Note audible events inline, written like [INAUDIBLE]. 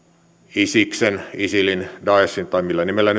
isiksen isilin daeshin tai millä nimellä [UNINTELLIGIBLE]